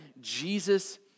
Jesus